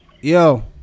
yo